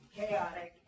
chaotic